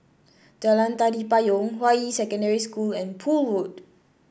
Jalan Tari Payong Hua Yi Secondary School and Poole Road